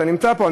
אתה נמצא פה,